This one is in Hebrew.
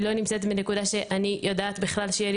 היא לא נמצאת בנקודה שאני יודעת בכלל שיהיה לי